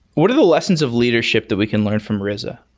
what are the lessons of leadership that we can learn from rza?